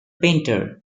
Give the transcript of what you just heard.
painter